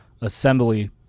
assembly